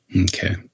Okay